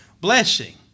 blessing